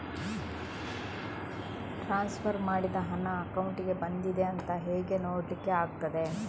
Transfer ಮಾಡಿದ ಹಣ ಅಕೌಂಟಿಗೆ ಬಂದಿದೆ ಅಂತ ಹೇಗೆ ನೋಡ್ಲಿಕ್ಕೆ ಆಗ್ತದೆ?